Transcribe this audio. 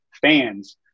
fans